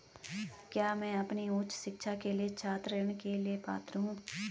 क्या मैं अपनी उच्च शिक्षा के लिए छात्र ऋण के लिए पात्र हूँ?